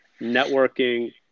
networking